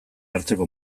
hartzeko